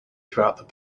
throughout